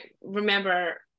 remember